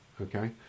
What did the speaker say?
Okay